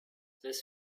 this